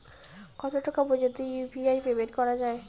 কত টাকা পর্যন্ত ইউ.পি.আই পেমেন্ট করা যায়?